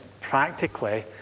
practically